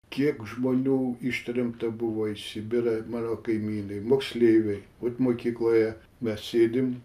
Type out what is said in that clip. kiek žmonių ištremta buvo ir sibirą mano kaimynai moksleiviai mokykloje mes sėdim